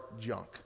junk